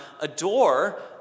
adore